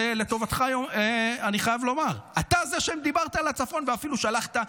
ולטובתך אני חייב לומר שאתה זה שדיברת על הצפון ואפילו שלחת,